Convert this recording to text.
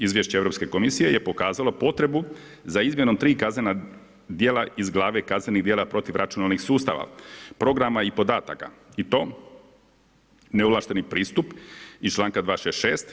Izvješće Europske komisije je pokazalo potrebu za izmjenom tri kaznena djela iz glave kaznenih djela protiv računalnih sustava, programa i podataka i to neovlašteni pristup iz članka 266.